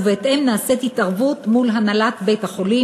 ובהתאם נעשית התערבות מול הנהלת בית-החולים,